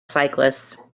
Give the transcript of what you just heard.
cyclists